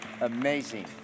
Amazing